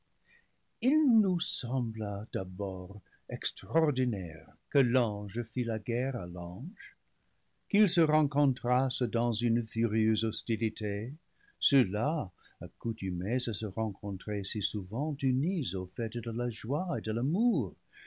il nous sembla d'abord extraordinaire que l'ange fit la guerre à l'ange qu'ils se rencontrassent dans une furieuse hostilité ceux-là accoutumés à se rencontrer si sou vent unis aux fêles de la joie et de l'amour